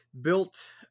built